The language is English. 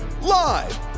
live